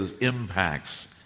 impacts